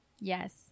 Yes